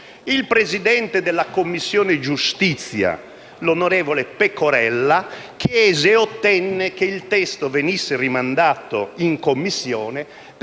il presidente della Commissione giustizia, onorevole Pecorella, chiese e ottenne che il testo venisse rimandato in Commissione,